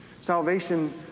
Salvation